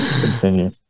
Continue